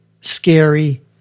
scary